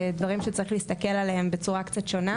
דברים שצריך להסתכל עליהם בצורה קצת שונה.